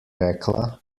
rekla